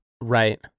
Right